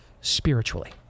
Spiritually